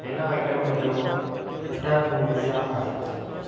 हिन आइटम जो स्टॉक मूल्य छा आहे